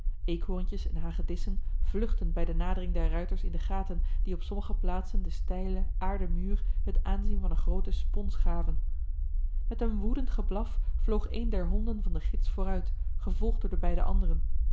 eekhorentjes en hagedissen vluchtten bij de nadering der ruiters in de gaten die op sommige plaatsen den steilen aarden muur het aanzien van eene groote spons gaven met een woedend geblaf vloog een der honden van den gids vooruit gevolgd door de beide andere